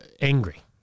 angry